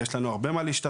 ויש לנו הרבה מה להשתפר,